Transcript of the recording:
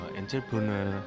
entrepreneur